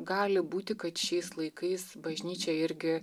gali būti kad šiais laikais bažnyčia irgi